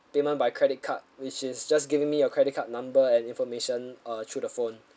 payment by credit card which is just giving me your credit card number and information uh through the phone